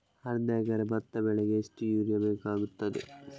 ಅರ್ಧ ಎಕರೆ ಭತ್ತ ಬೆಳೆಗೆ ಎಷ್ಟು ಯೂರಿಯಾ ಬೇಕಾಗುತ್ತದೆ?